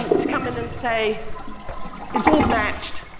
to come in and say it's all matched,